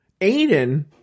Aiden